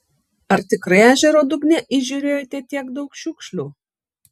ar tikrai ežero dugne įžiūrėjote tiek daug šiukšlių